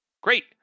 Great